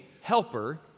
helper